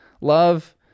love